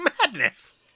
madness